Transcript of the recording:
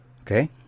Okay